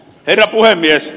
herra puhemies